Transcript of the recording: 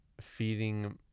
feeding